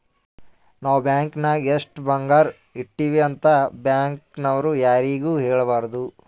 ನಾವ್ ಬ್ಯಾಂಕ್ ನಾಗ್ ಎಷ್ಟ ಬಂಗಾರ ಇಟ್ಟಿವಿ ಅಂತ್ ಬ್ಯಾಂಕ್ ನವ್ರು ಯಾರಿಗೂ ಹೇಳಬಾರ್ದು